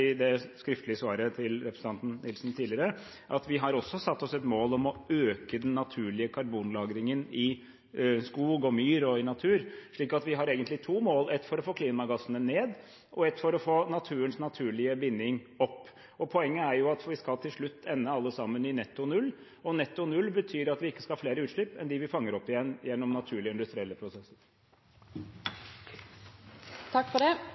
det skriftlige svaret til representanten Nilsen tidligere, at vi også har satt oss et mål om å øke den naturlige karbonlagringen i skog, myr og natur, slik at vi egentlig har to mål – ett for å få klimagassutslippene ned og ett for å få naturens naturlig binding opp. Poenget er at vi alle sammen til slutt skal ende i netto null, og netto null betyr at vi ikke skal ha flere utslipp enn dem vi fanger opp igjen gjennom naturlige og industrielle prosesser.